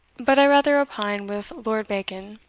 but i rather opine with lord bacon,